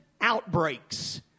outbreaks